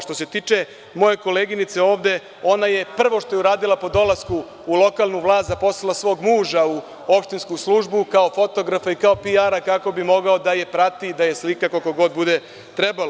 Što se tiče moje koleginice ovde, ona prvo što je uradila po dolasku u lokalnu vlast, zaposlila je svog muža u opštinsku službu kao fotografa i kao PR kako bi mogao da je prati, da je slika koliko god bude trebalo.